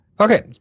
Okay